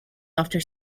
after